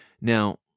Now